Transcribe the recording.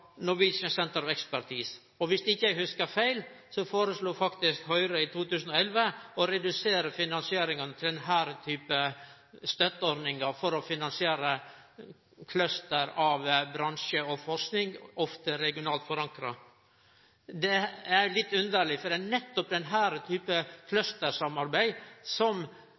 ikkje hugsar feil, foreslo faktisk Høgre i 2011 å redusere finansieringa til denne typen støtteordningar for å finansiere cluster av bransjar og forsking – ofte regionalt forankra. Det er litt underleg, for det er nettopp denne typen clustersamarbeid, som professor Reve peika på som